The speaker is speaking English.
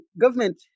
government